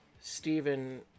Stephen